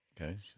Okay